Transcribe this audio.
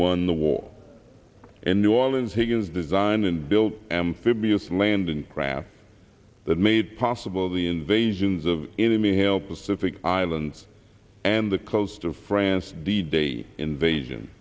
won the war in new orleans he has designed and built amphibious landing craft that made possible the invasions of enemy help pacific islands and the coast of france d day invasion